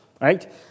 Right